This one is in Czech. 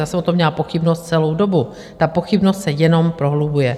Já jsem o tom měla pochybnost celou dobu, ta pochybnost se jenom prohlubuje.